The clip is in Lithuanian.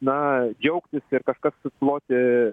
na džiaugtis ir kažkas suploti